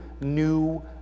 new